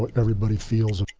but and everybody feels